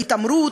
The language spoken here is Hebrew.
בהתעמרות,